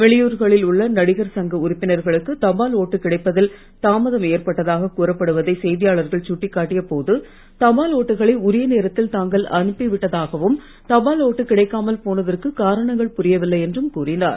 வெளியூர்களில் உள்ள நடிகர் சங்க உறுப்பினர்களுக்கு தபால் ஓட்டு கிடைப்பதில் தாமதம் ஏற்பட்டதாக கூறப்படுவதை செய்தியாளர்கள் சுட்டிக்காட்டிய போது தபால் ஓட்டுகளை உரிய நேரத்தில் தாங்கள் அனுப்பி விட்டதாகவும் தபால் ஓட்டு கிடைக்காமல் போனதற்கு காரணங்கள் புரியவில்லை என்றும் கூறினார்